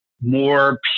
more